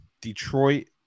Detroit